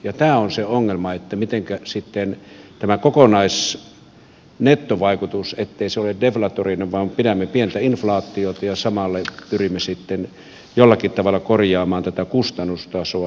tämä on se ongelma ettei sitten tämä kokonaisnettovaikutus ole deflatorinen vaan pidämme pientä inflaatiota ja samalla pyrimme sitten jollakin tavalla korjaamaan tätä kustannustasoa